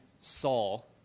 Saul